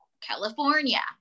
California